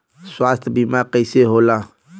स्वास्थ्य बीमा कईसे होला?